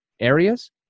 areas